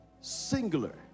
Singular